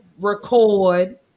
record